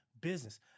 business